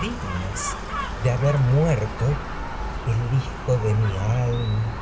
dignas de haber muerto el hijo de mi alma